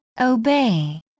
Obey